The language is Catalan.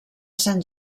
sant